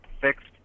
fixed